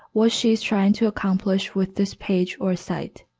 what she is trying to accomplish with this page or site.